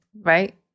Right